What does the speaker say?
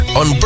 on